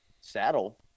saddle